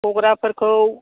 गग्राफोरखौ